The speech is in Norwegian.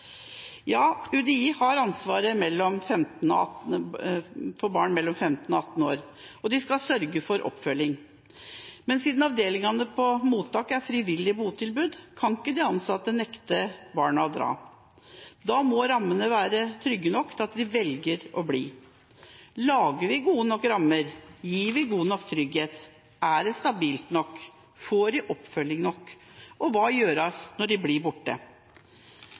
UDI har ansvaret for barn mellom 15 og 18 år, og de skal sørge for oppfølging. Men siden avdelingene på mottak er et frivillig botilbud, kan ikke de ansatte nekte barna å dra. Da må rammene være trygge nok til at de velger å bli. Lager vi gode nok rammer, og gir vi god nok trygghet? Er det stabilt nok? Får de oppfølging nok? Hva gjøres når de blir borte?